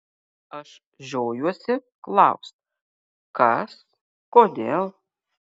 aš žiojuosi klaust kas kodėl